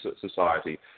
Society